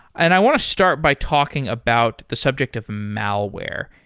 and i want to start by talking about the subject of malware.